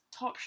topshop